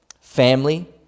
family